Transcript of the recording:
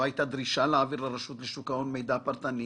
לא הייתה דרישה להעביר לרשות לשוק ההון מידע פרטני